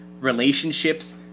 relationships